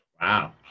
Wow